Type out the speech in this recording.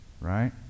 right